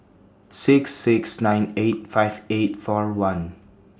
six six nine eight five eight four one